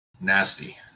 Nasty